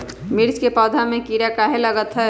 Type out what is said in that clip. मिर्च के पौधा में किरा कहे लगतहै?